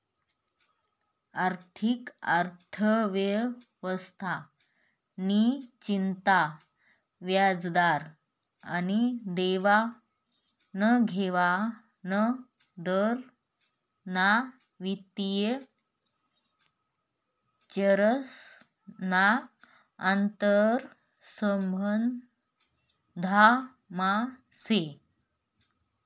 आर्थिक अर्थव्यवस्था नि चिंता व्याजदर आनी देवानघेवान दर ना वित्तीय चरेस ना आंतरसंबंधमा से